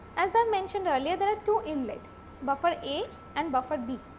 as i mentioned earlier there are two inlet buffer a and buffer b.